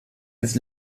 ist